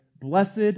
blessed